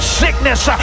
sickness